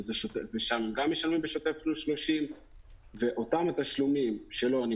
שגם שם משלמים בשוטף פלוס 30. ואותם התשלומים שלא עונים